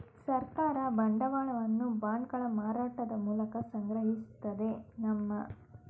ಸರ್ಕಾರ ಬಂಡವಾಳವನ್ನು ಬಾಂಡ್ಗಳ ಮಾರಾಟದ ಮೂಲಕ ಸಂಗ್ರಹಿಸುತ್ತದೆ ನಮ್ಮ